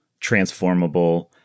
transformable